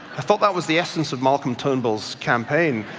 i thought that was the essence of martin turnbull's campaign.